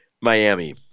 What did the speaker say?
Miami